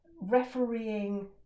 refereeing